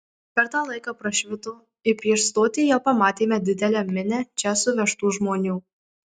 per tą laiką prašvito ir prieš stotį jau pamatėme didelę minią čia suvežtų žmonių